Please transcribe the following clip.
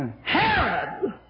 Herod